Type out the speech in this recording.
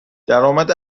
درآمد